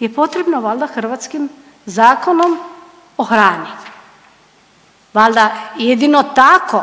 je potrebno valda hrvatskim Zakonom o hrani, valda jedino tako